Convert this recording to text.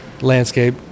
landscape